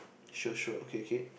sure sure okay okay